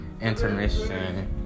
intermission